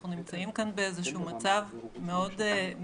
אנחנו נמצאים כאן באיזשהו מצב מאוד מיוחד,